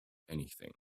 anything